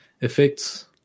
effects